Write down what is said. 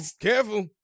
careful